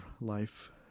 life